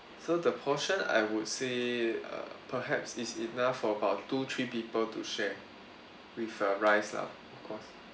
so the portion I would say err perhaps it's enough for about two three people to share with uh rice lah of course